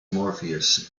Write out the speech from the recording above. morpheus